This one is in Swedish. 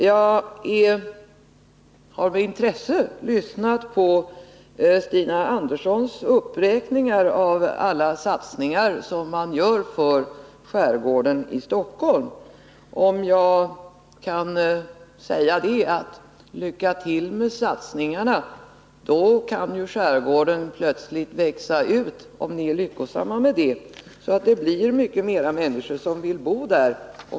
Jag har med intresse lyssnat på Stina Anderssons uppräkning av alla satsningar som man gör för skärgården i Stockholm. Och jag kan säga: Lycka till med satsningarna! Om ni blir lyckosamma i era satsningar, kan det resultera i att skärgården plötsligt växer ut och att många fler människor vill bo där.